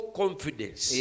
confidence